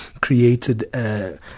created